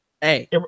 Hey